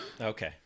Okay